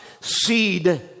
seed